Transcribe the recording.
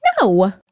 No